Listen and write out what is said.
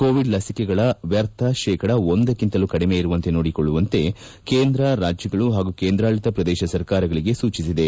Covid ಲಸಿಕೆಗಳ ವ್ನರ್ಥ ಶೇಕಡ ಒಂದಕ್ಕಿಂತಲೂ ಕಡಿಮೆ ಇರುವಂತೆ ನೋಡಿಕೊಳ್ಳುವಂತೆ ಕೇಂದ್ರ ರಾಜ್ನಗಳು ಪಾಗೂ ಕೇಂದ್ರಾಡಳಿತ ಪ್ರದೇಶ ಸರ್ಕಾರಗಳಿಗೆ ಸೂಚಿಸಿದೆ